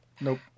Nope